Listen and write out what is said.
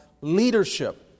leadership